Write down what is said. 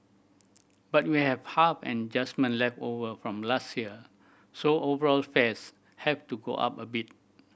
but we have half an adjustment left over from last year so overall fares have to go up a bit